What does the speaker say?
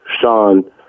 Sean